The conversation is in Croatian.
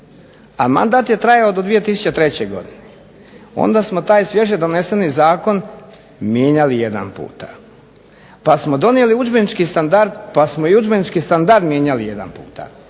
a mandat je trajao do 2003. godine onda smo taj svježe doneseni zakon mijenjali jedanputa, pa smo donijeli udžbenički standard pa smo udžbenički standard mijenjali jedanput.